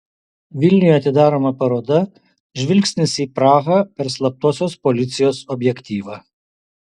vilniuje atidaroma paroda žvilgsnis į prahą per slaptosios policijos objektyvą